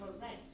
correct